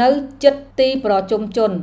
នៅជិតទីប្រជុំជន។